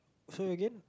so again